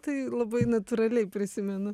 tai labai natūraliai prisimenu